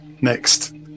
next